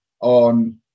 on